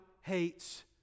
hates